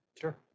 Sure